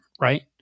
Right